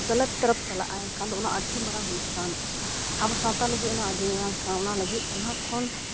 ᱜᱟᱞᱚᱛ ᱛᱚᱨᱚᱯᱽ ᱪᱟᱞᱟᱜᱼᱟ ᱮᱱᱠᱷᱟᱱ ᱫᱚ ᱚᱱᱟ ᱟᱹᱰᱤ ᱢᱟᱨᱟᱝ ᱞᱳᱠᱥᱟᱱᱚᱜᱼᱟ ᱟᱵᱚ ᱥᱟᱶᱛᱟ ᱞᱟᱹᱜᱤᱫ ᱚᱱᱟ ᱟᱹᱰᱤ ᱫᱚ ᱵᱟᱝ ᱚᱱᱟ ᱞᱟᱹᱜᱤᱫ ᱚᱱᱟ ᱠᱷᱚᱱ